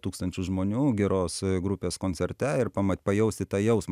tūkstančių žmonių geros grupės koncerte ir pamat pajausti tą jausmą